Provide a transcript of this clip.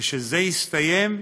כשזה יסתיים,